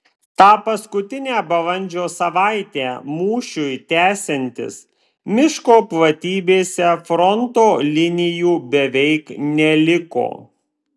tą paskutinę balandžio savaitę mūšiui tęsiantis miško platybėse fronto linijų beveik neliko